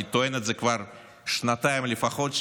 אני טוען את זה כבר שנתיים לפחות,